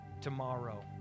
tomorrow